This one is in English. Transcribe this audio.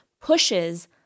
pushes